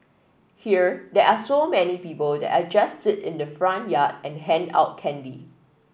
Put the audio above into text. here there are so many people that I just sit in the front yard and hand out candy